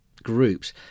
groups